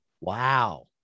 Wow